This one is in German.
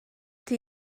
die